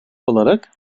olarak